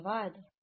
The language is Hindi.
धन्यवाद